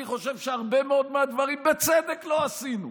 אני חושב שהרבה מאוד מהדברים בצדק לא עשינו,